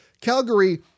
Calgary